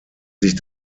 sich